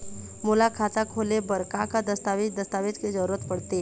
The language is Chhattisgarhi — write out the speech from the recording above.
मोला खाता खोले बर का का दस्तावेज दस्तावेज के जरूरत पढ़ते?